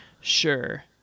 Sure